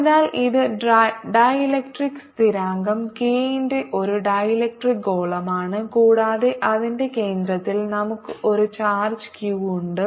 അതിനാൽ ഇത് ഡീലക്ട്രിക് സ്ഥിരാങ്കം k ന്റെ ഒരു ഡീലക്ട്രിക് ഗോളമാണ് കൂടാതെ അതിന്റെ കേന്ദ്രത്തിൽ നമുക്ക് ഒരു ചാർജ് q ഉണ്ട്